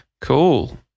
Cool